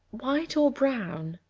white or brown?